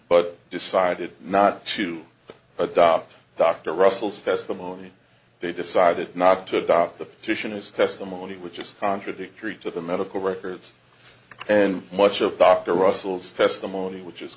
but decided not to adopt dr russell's testimony they decided not to adopt the petition is testimony which is contradictory to the medical records and much of dr russell's testimony which is